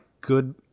good